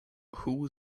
who